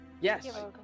Yes